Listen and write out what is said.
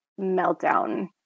meltdown